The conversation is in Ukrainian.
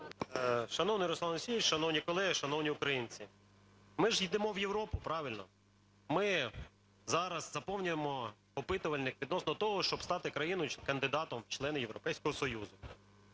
Шановний Руслан Олексійович, шановні колеги, шановні українці! Ми ж йдемо в Європу, правильно? Ми зараз заповнюємо опитувальник відносно того, щоб стати країною чи кандидатом в члени Європейського Союзу.